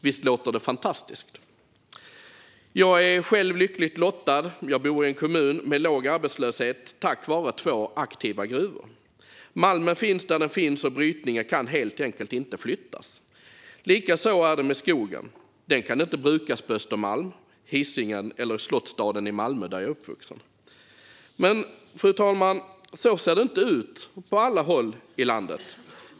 Visst låter det fantastiskt? Jag är själv lyckligt lottad som bor i en kommun med låg arbetslöshet tack vare två aktiva gruvor. Malmen finns där den finns och brytningen kan helt enkelt inte flyttas. Likaså är det med skogen. Den kan inte brukas på Östermalm eller Hisingen eller i Slottsstaden i Malmö där jag växte upp. Men, fru talman, så ser det inte ut på alla håll i landet.